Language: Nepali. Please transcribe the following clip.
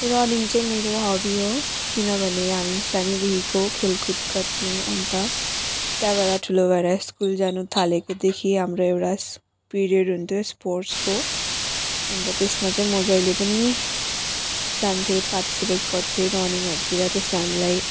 रनिङ चाहिँ मेरो हबी हो किनभने हामी सानैदेखिको खेलकुद गर्थ्यौँ अनि त त्यहाँबाट ठुलो भएर स्कुल जानु थालेकोदेखि हाम्रो एउटा पिरियड हुन्थ्यो स्पोर्ट्सको अनि त त्यसमा चाहिँ म जहिले पनि जान्थेँ पार्टिसिपेट गर्थेँ रनिङहरूतिर त्यसमा हामीलाई